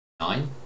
Nine